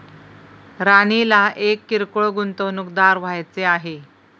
राणीला एक किरकोळ गुंतवणूकदार व्हायचे आहे